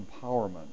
empowerment